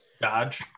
Dodge